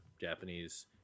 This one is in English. Japanese